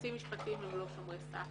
שיועצים משפטיים הם לא שומרי סף